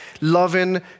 loving